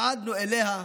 צעדנו אליה,